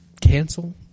cancel